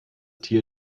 tier